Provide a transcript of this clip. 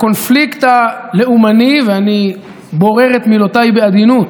מהקונפליקט הלאומני, ואני בורר את מילותיי בעדינות